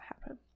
happen